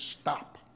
stop